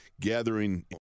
gathering